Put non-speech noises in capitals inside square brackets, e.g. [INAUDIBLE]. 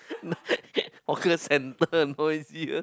[LAUGHS] hawker centre noisier